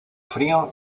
frío